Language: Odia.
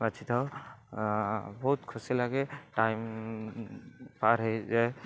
ବାଛିଥାଉ ବହୁତ ଖୁସି ଲାଗେ ଟାଇମ୍ ପାର ହେଇଯାଏ